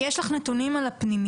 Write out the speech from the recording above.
יש לך נתונים על הפנימיות?